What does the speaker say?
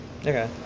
Okay